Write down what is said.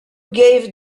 gave